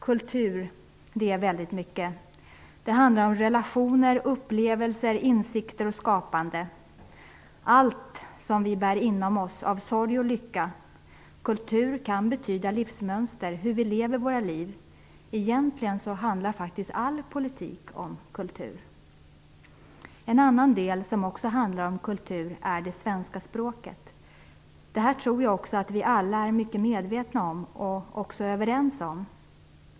Kultur är så mycket. Det handlar om relationer, upplevelser, insikter och skapande, om allt som vi bär inom oss av sorg och lycka. Kultur kan betyda livsmönster, hur vi lever våra liv. Egentligen handlar all politik om kultur. En annan del som också handlar om kultur är det svenska språket. Det tror jag att vi alla är mycket medvetna om och också överens om.